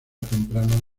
temprana